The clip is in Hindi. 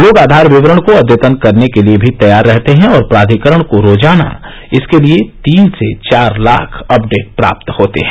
लोग आधार विवरण को अद्यतन रखने के लिए भी तैयार रहते हैं और प्राधिकरण को रोजाना इसके लिए तीन से चार लाख अपडेट प्राप्त होते हैं